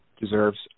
deserves